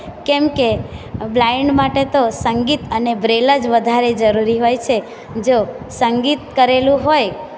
કેમ કે બ્લાઇન્ડ માટે તો સંગીત અને બ્રેલ જ વધારે જરૂરી હોય છે જો સંગીત કરેલું હોય